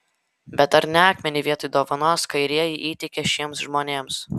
bet ar ne akmenį vietoj dovanos kairieji įteikė šiems žmonėms